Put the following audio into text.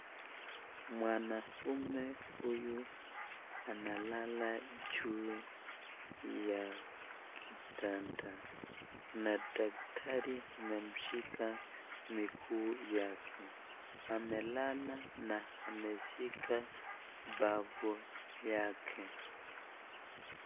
Mwnaume huyu analala juu ya kitanda , na daktari amemshika miguu yake, amelala na ameshika mbavu yake.